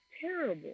terrible